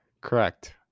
Correct